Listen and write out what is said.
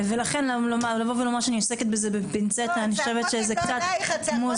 ולכן לבוא ולומר שאני עוסקת בזה בפינצטה אני חושבת שזה קצת מוזיל,